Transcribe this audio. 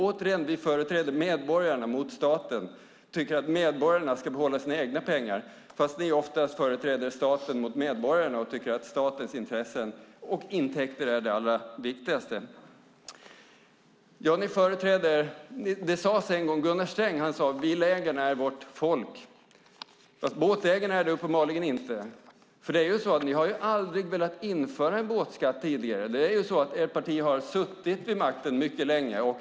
Återigen: Vi företräder medborgarna mot staten och tycker att medborgarna ska behålla sina egna pengar. Ni företräder oftast staten mot medborgarna och tycker att statens intressen och intäkter är det allra viktigaste. Gunnar Sträng sade en gång: Villaägarna är vårt folk. Båtägarna är det uppenbarligen inte. Ni har aldrig velat införa en båtskatt tidigare. Ert parti har suttit vid makten mycket länge.